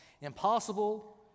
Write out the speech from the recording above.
Impossible